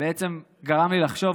ובעצם גרם לי לחשוב,